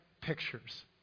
pictures